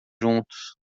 juntos